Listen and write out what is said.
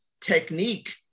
technique